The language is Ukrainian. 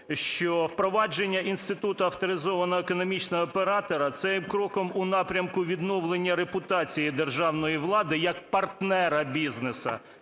що впровадження Інституту авторизовано економічного оператора це є кроком у напрямку відновлення репутації державної влади як партнера бізнесу,